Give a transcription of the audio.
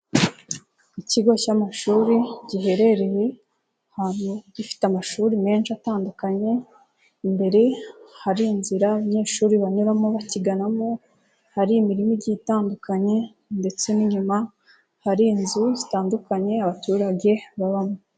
Ikigo cy'amashuri giherereye ahantu gifite amashuri menshi atandukanye, imbere hari inzira abanyeshuri banyuramo bakiganamo, hari imirimi igiye itandukanye ndetse n'inyuma hari inzu zitandukanye abaturage babamo.